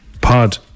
Pod